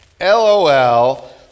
LOL